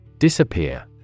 Disappear